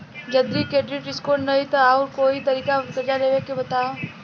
जदि credit score ना रही त आऊर कोई तरीका कर्जा लेवे के बताव?